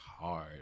hard